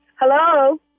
Hello